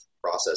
process